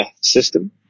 system